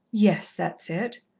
yes, that's it.